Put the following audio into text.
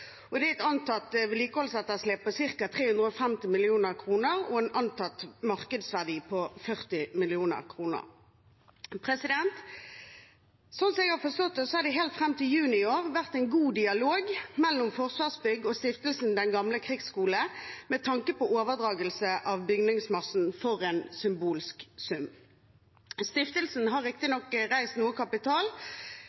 det er et antatt vedlikeholdsetterslep på ca. 350 mill. kr og en antatt markedsverdi på 40 mill. kr. Sånn jeg har forstått det, har det helt fram til juni i år vært en god dialog mellom Forsvarsbygg og stiftelsen Den gamle krigsskole med tanke på overdragelse av bygningsmassen for en symbolsk sum. Stiftelsen har